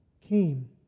came